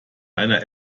einer